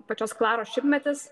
pačios klaros šimtmetis